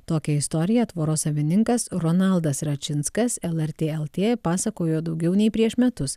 tokią istoriją tvoros savininkas ronaldas račinskas lrt lt pasakojo daugiau nei prieš metus